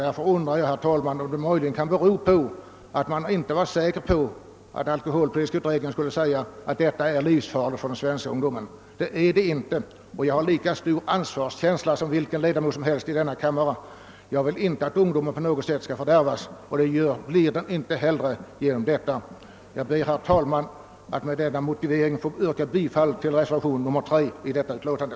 Därför undrar jag, herr talman, om det möjligen kan bero på att man inte är säker på att alkoholpolitiska utredningen skulle säga att införande av rätt att tillverka cider skulle vara livsfarligt för den svenska ungdomen. Det är det inte. Jag har lika stor ansvarskänsla som vilken annan ledamot som helst i denna kammare och vill inte att ungdomen på något sätt skall fördärvas, och den blir inte heller fördärvad härigenom. Herr talman! Med denna motivering ber jag att få yrka bifall till reservationen nr 3 i förevarande betänkande.